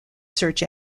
search